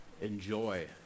enjoy